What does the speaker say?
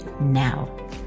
now